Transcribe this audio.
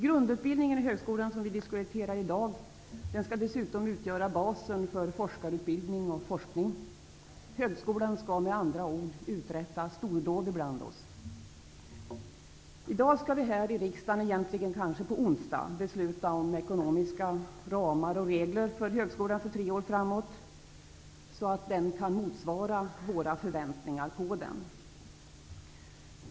Grundutbildningen i högskolan, som vi diskuterar i dag, skall dessutom utgöra basen för forskarutbildning och forskning. Högskolan skall med andra ord uträtta stordåd bland oss. I dag -- eller egentligen på onsdag -- skall vi här i riksdagen besluta om ekonomiska ramar och regler för högskolan för tre år framåt, så att den kan motsvara våra förväntningar på den.